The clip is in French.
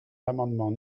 l’amendement